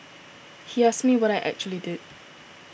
he asked me what I actually did